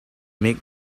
make